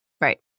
Right